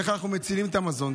איך אנחנו מצילים את המזון.